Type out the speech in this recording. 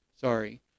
Sorry